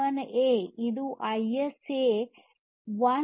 11a ಇದು ISA 100